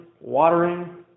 watering